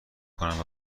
کند